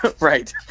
right